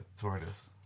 Tortoise